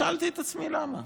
שאלתי את עצמי למה,